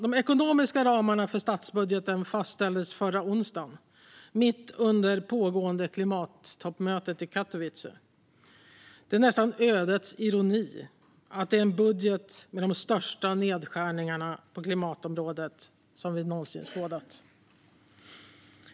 De ekonomiska ramarna för statsbudgeten fastställdes förra onsdagen, mitt under pågående klimattoppmöte i Katowice. Det är nästan en ödets ironi att det är en budget med de största nedskärningarna på klimatområdet vi någonsin har skådat.